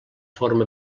forma